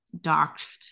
doxed